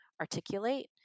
articulate